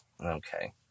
Okay